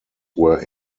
where